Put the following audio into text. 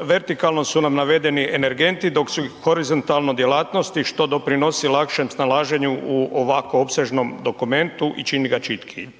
Vertikalno su nam navedeni energenti dok su horizontalno djelatnosti što doprinosi lakšem snalaženju u ovako opsežnom dokumentu i čini ga čitkijim.